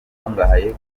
intungamubiri